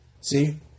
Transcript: See